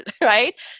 right